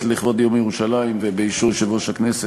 לכבוד יום ירושלים ובאישור יושב-ראש הכנסת.